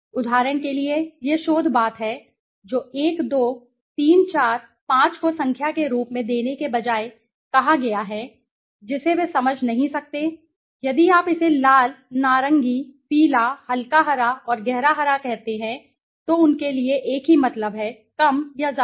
उदाहरण के लिए यह शोध बात है जो 1 2 3 4 5 को संख्या के रूप में देने के बजाय कहा गया है जिसे वे समझ नहीं सकते हैं यदि आप इसे लाल नारंगी पीला हल्का हरा और गहरा हरा देते हैं तो उनके लिए एक ही मतलब है कम या ज्यादा